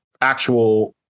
actual